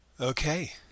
Okay